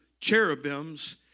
cherubims